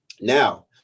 Now